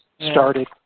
started